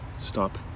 stop